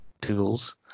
tools